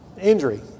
Injury